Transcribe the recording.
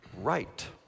right